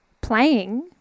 playing